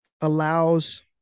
allows